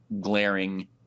glaring